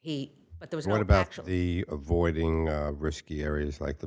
he but there was not about actually avoiding risky areas like the